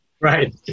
right